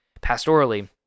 pastorally